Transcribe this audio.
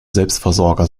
selbstversorger